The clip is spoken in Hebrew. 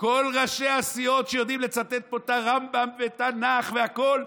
כל ראשי הסיעות שיודעים לצטט פה את הרמב"ם ותנ"ך והכול,